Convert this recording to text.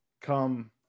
come